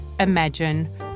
imagine